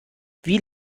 wie